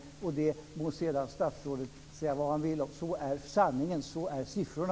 Det må sedan statsrådet säga vad han vill om. Så är sanningen. Så är siffrorna.